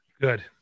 Good